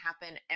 happen